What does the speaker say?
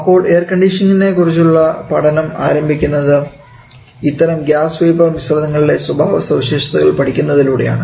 അപ്പോൾ എയർകണ്ടീഷനിംഗ്നെ കുറിച്ചുള്ള പഠനം ആരംഭിക്കുന്നത് ഇത്തരം ഗ്യാസ് വേപ്പർ മിശ്രിതങ്ങളുടെ സ്വഭാവസവിശേഷതകൾ പഠിക്കുന്നതിലൂടെയാണ്